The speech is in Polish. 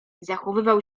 zachowywał